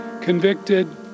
convicted